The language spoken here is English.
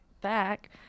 back